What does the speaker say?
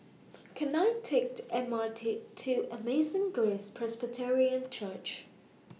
Can I Take The M R T to Amazing Grace Presbyterian Church